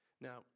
Now